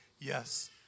yes